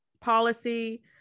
policy